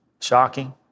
Shocking